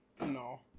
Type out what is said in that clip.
No